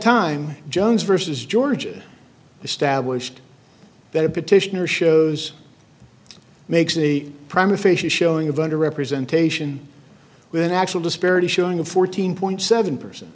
time jones versus georgia established that a petitioner shows makes the prime official showing of under representation with an actual disparity showing a fourteen point seven per